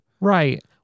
Right